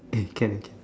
can can